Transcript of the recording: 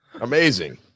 Amazing